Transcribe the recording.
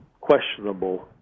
questionable